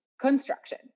construction